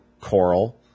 coral